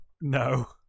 no